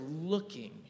looking